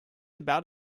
about